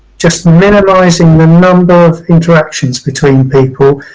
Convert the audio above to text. just minimising the number of interactions between people.